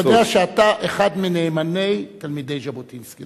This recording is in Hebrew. אני יודע שאתה אחד מנאמני תלמידי ז'בוטינסקי.